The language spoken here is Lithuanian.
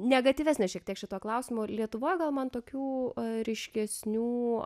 negatyvesnė šiek tiek šituo klausimu lietuvoj gal man tokių ryškesnių